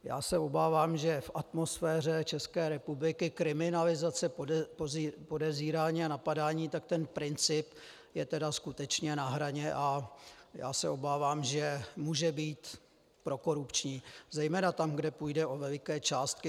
Já se obávám, že v atmosféře České republiky, kriminalizace, podezírání a napadání, tak ten princip je skutečně na hraně, a já se obávám, že může být prokorupční, zejména tam, kde půjde o velké částky.